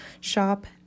shop